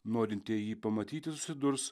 norintieji jį pamatyti susidurs